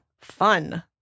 fun